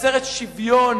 שיוצרת שוויון